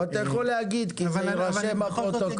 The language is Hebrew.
אבל אתה יכול להגיד כי זה יירשם בפרוטוקול.